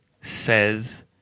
says